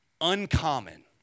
Uncommon